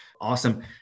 Awesome